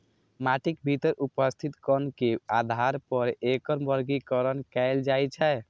माटिक भीतर उपस्थित कण के आधार पर एकर वर्गीकरण कैल जाइ छै